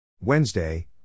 Wednesday